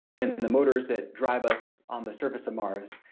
and and the motors that drive us on the surface of mars.